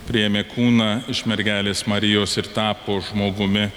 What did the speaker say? priėmė kūną iš mergelės marijos ir tapo žmogumi